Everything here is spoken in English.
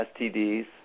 STDs